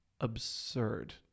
absurd